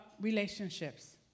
relationships